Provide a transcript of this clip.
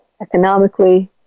economically